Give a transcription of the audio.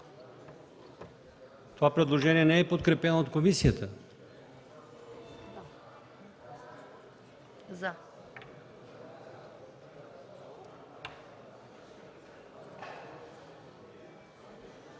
Това предложение не е подкрепено от комисията.